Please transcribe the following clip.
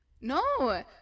no